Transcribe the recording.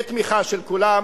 בתמיכה של כולם,